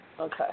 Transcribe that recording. Okay